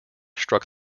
struck